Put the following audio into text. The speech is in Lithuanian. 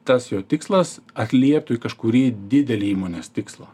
tas jo tikslas atlieptų į kažkurį didelį įmonės tikslą